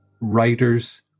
writers